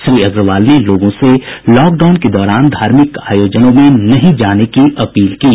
श्री अग्रवाल ने लोगों से लॉकडाउन के दौरान धार्मिक आयोजनों में नहीं जाने की अपील की है